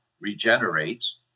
regenerates